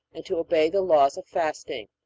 and to obey the laws of fasting.